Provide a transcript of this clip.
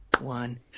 one